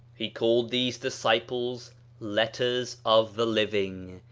he called these disciples letters of the living,